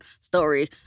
story